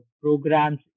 programs